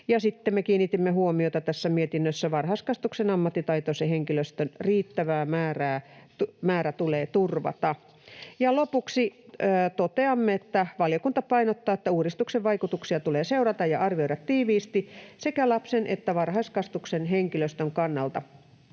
sitten me kiinnitimme huomiota tässä mietinnössä siihen, että varhaiskasvatuksen ammattitaitoisen henkilöstön riittävä määrä tulee turvata. Ja lopuksi toteamme, että ”valiokunta painottaa, että uudistuksen vaikutuksia tulee seurata ja arvioida tiiviisti sekä lapsen että varhaiskasvatuksen henkilöstön kannalta.